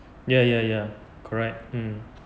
ya ya ya correct mm